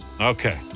Okay